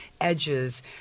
edges